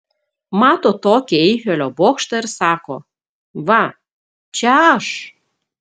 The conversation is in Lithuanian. mato tokį eifelio bokštą ir sako va čia aš